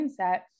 mindset